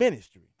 Ministry